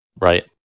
right